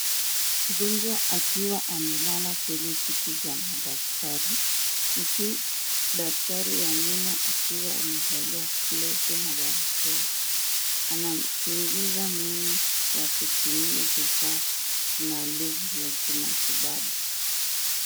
Mgonjwa akiwa amelala kwenye kiti cha madaktari huku daktari wa meno akiwa amevalia glavu na barakoa. Anamchunguza meno kwa kutumia vifaa maalum za kimatibabu.